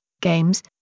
games